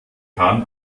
kahn